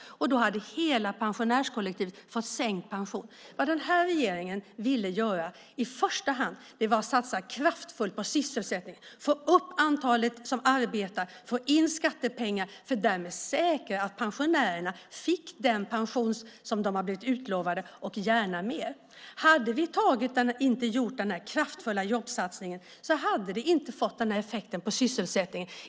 Då hade hela pensionärskollektivet fått sänkt pension. Vad den här regeringen ville göra i första hand var att satsa kraftfullt på sysselsättning, få upp antalet som arbetar och få in skattepengar för att därigenom säkra att pensionärerna fick den pension som de har blivit utlovade och gärna mer. Hade vi inte gjort den här kraftfulla jobbsatsningen hade vi inte fått den här effekten på sysselsättningen.